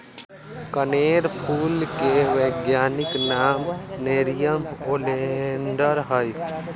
कनेर फूल के वैज्ञानिक नाम नेरियम ओलिएंडर हई